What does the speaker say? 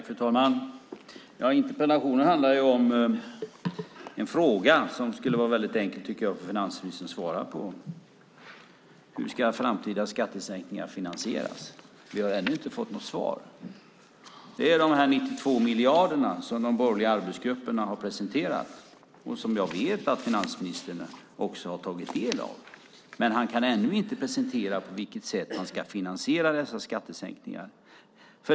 Fru talman! Interpellationen handlar om en fråga som jag tycker skulle vara väldigt enkel för finansministern att svara på: Hur ska framtida skattesänkningar finansieras? Vi har ännu inte fått något svar. Det gäller de här 92 miljarderna, som de borgerliga arbetsgrupperna har presenterat. Jag vet att finansministern också har tagit del av detta, men han kan ännu inte presentera på vilket sätt han ska finansiera dessa skattesänkningar.